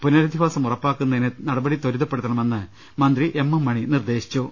പുനരധിവാസം ഉറപ്പാക്കുന്നതിന് നടപടി ത്വരിതപ്പെടുത്തണമെന്ന് മന്ത്രി എം എം മണി പറഞ്ഞു